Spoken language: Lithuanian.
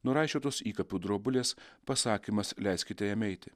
nuraišiotos įkapių drobulės pasakymas leiskite jam eiti